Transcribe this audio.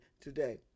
today